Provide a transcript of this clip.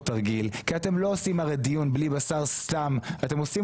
תרגיל כי אתם הרי לא עושים דיון סתם אלא אתם עושים